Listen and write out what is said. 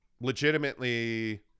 legitimately